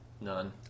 None